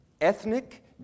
ethnic